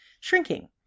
shrinking